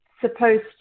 supposed